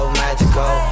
magical